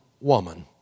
woman